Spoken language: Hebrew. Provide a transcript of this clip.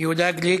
יהודה גליק,